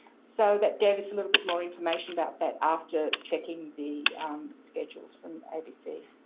so that gave us a little bit more information about that after checking the schedules from abc.